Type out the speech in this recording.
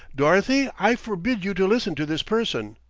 dorothy, i forbid you to listen to this person!